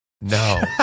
no